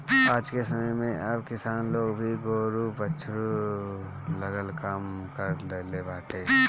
आजके समय में अब किसान लोग भी गोरु बछरू रखल कम कर देले बाटे